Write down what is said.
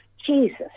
Jesus